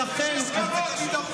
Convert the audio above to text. כלכלה זה קשור.